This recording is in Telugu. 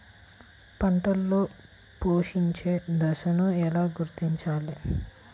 పంటలలో పుష్పించే దశను ఎలా గుర్తించాలి?